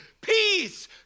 peace